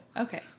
Okay